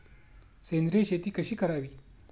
सेंद्रिय शेती कशी करावी?